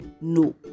no